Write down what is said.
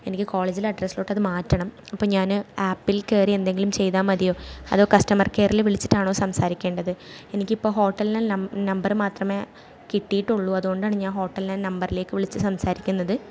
എനിക്ക് കോളേജിലെ അഡ്രസ്സിലോട്ടത് മാറ്റണം അപ്പം ഞാൻ ആപ്പിൽ കയറി എന്തെങ്കിലും ചെയ്താൽ മതിയോ അതോ കസ്റ്റമർ കെയറിൽ വിളിച്ചിട്ടാണോ സംസാരിക്കേണ്ടത് എനിക്കിപ്പം ഹോട്ടലിലെ നം നമ്പർ മാത്രമേ കിട്ടിയിട്ടുള്ളു അതുകൊണ്ടാണ് ഞാൻ ഹോട്ടലിലെ നമ്പറിലേക്ക് വിളിച്ചു സംസാരിക്കുന്നത്